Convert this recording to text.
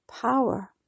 power